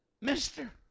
Mister